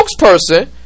spokesperson